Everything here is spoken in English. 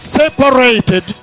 separated